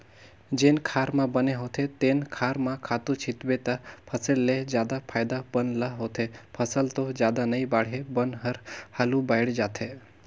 जेन खार म बन होथे तेन खार म खातू छितबे त फसल ले जादा फायदा बन ल होथे, फसल तो जादा नइ बाड़हे बन हर हालु बायड़ जाथे